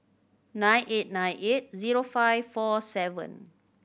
nine eight nine eight zero five four seven